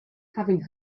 having